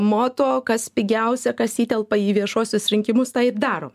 moto kas pigiausia kas įtelpa į viešuosius rinkimus tą ir darom